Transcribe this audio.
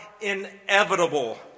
inevitable